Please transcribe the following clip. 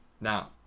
Now